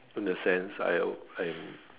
in the sense I'll I'm